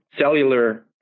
cellular